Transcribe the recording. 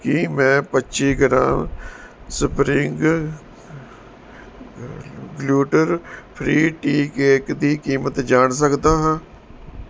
ਕੀ ਮੈਂ ਪੱਚੀ gram spring gluten free tea cake ਦੀ ਕੀਮਤ ਜਾਣ ਸਕਦਾ ਹਾਂ